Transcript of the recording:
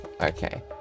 okay